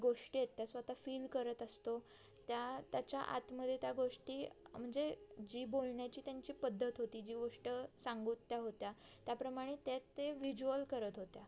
गोष्टी आहेत त्या स्वतः फील करत असतो त्या त्याच्या आतमध्ये त्या गोष्टी म्हणजे जी बोलण्याची त्यांची पद्धत होती जी गोष्ट सांगत त्या होत्या त्याप्रमाणे त्या ते व्हिज्युअल करत होत्या